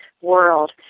world